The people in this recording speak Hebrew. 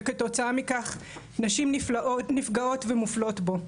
וכתוצאה מכך נשים נפגעות ומופלות בו,